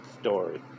story